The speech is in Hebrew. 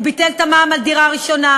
הוא ביטל את המע"מ על דירה ראשונה,